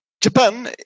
Japan